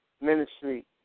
ministry